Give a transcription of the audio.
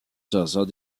chansons